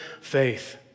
faith